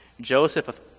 Joseph